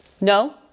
No